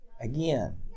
again